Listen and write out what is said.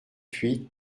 huit